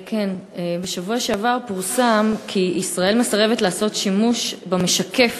בשבוע שעבר פורסם כי ישראל מסרבת לעשות שימוש במשקף